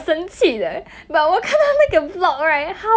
她那个 the vlog is like recent like the girl just went